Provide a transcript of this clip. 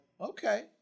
okay